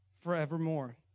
forevermore